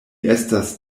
estas